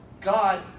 God